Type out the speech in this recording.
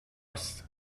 است